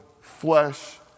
flesh